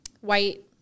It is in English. white